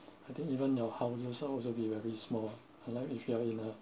I think even your houses all also be very small unlike if you are in a